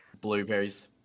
Blueberries